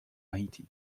haiti